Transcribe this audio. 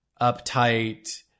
uptight